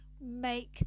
make